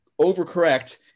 overcorrect